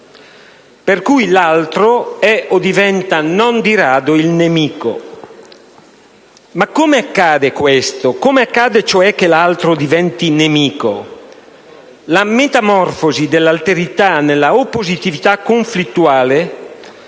per cui l'altro è o diventa, non di rado, il nemico. Ma come accade questo? Come accade, cioè, che l'altro diventi nemico? La metamorfosi dell'alterità nella oppositività conflittuale